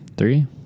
three